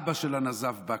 אבא שלה נזף בה,